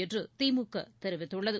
என்றுதிமுகதெரிவித்துள்ளது